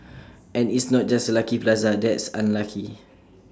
and it's not just Lucky Plaza that's unlucky